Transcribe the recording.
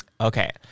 Okay